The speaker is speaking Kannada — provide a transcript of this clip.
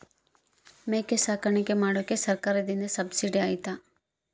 ಮೇಕೆ ಸಾಕಾಣಿಕೆ ಮಾಡಾಕ ಸರ್ಕಾರದಿಂದ ಸಬ್ಸಿಡಿ ಐತಾ?